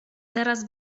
teraz